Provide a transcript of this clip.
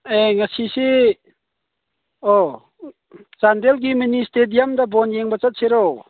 ꯑꯦ ꯉꯁꯤꯁꯤ ꯑꯣ ꯆꯥꯟꯗꯦꯜꯒꯤ ꯃꯤꯅꯤ ꯏꯁꯇꯦꯗꯤꯌꯝꯗ ꯕꯣꯜ ꯌꯦꯡꯕ ꯆꯠꯁꯤꯔꯣ